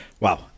Wow